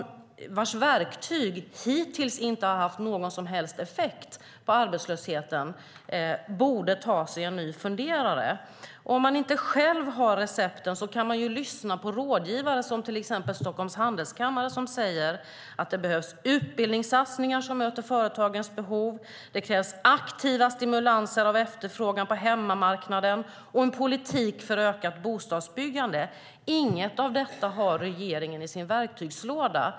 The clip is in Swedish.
Regeringens verktyg hittills har ju inte haft någon som helst effekt på arbetslösheten. Om man inte själv har recepten kan man lyssna på rådgivare, till exempel Stockholms Handelskammare, som säger att det behövs utbildningssatsningar som möter företagens behov. Det krävs aktiva stimulanser av efterfrågan på hemmamarknaden och en politik för ökat bostadsbyggande. Inget av detta har regeringen i sin verktygslåda.